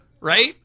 Right